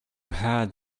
had